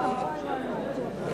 סעיפים 1 2 נתקבלו.